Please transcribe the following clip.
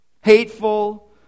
Hateful